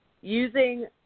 using